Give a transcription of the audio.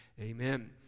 Amen